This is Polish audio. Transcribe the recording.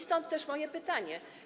Stąd też moje pytanie.